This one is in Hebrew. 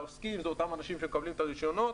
לעוסקים זה אותם אנשים שמקבלים את הרישיונות